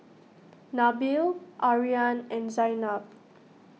Nabil Aryan and Zaynab